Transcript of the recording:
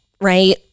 right